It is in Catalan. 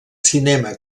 cinema